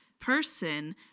person